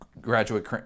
graduate